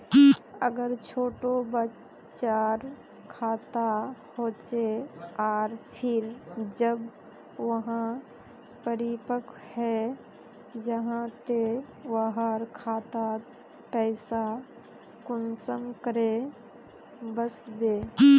अगर छोटो बच्चार खाता होचे आर फिर जब वहाँ परिपक है जहा ते वहार खातात पैसा कुंसम करे वस्बे?